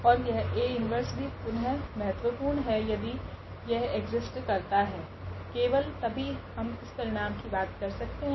ओर यह A 1 भी पुनः महत्वपूर्ण है यदि यह एक्जिस्ट करता हो केवल तभी हम इस परिणाम की बात कर सकते है